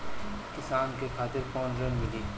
किसान के खातिर कौन ऋण मिली?